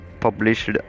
published